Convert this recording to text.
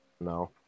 No